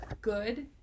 good